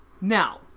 Now